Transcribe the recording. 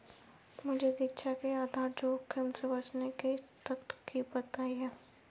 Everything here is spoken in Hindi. मुझे दीक्षा ने आधार जोखिम से बचने की तरकीब बताई है